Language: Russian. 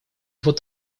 вот